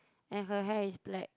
and her hair is black